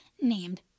named